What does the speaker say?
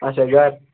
اَچھا گَر